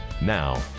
Now